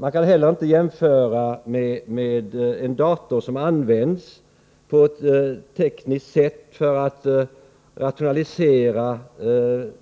Man kan heller inte jämföra en dator som används på ett tekniskt sätt för att rationalisera